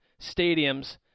stadiums